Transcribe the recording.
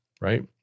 right